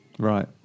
Right